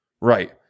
Right